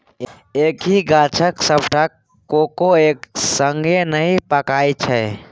एक्कहि गाछक सबटा कोको एक संगे नहि पाकय छै